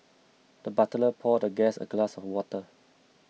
the butler poured the guest a glass of water